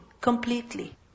Completely